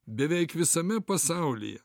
beveik visame pasaulyje